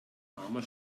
armer